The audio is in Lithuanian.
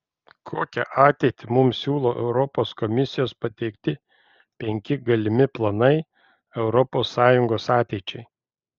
kokią ateitį mums siūlo europos komisijos pateikti penki galimi planai europos sąjungos ateičiai